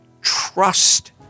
trust